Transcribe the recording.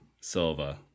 silva